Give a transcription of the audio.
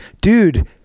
dude